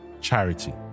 charity